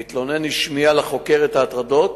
המתלונן השמיע לחוקר את ההטרדות,